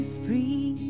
free